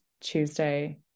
Tuesday